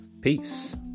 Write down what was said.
Peace